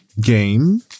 Game